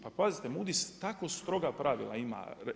Pa pazite, Moodys tako stroga pravila ima.